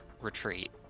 retreat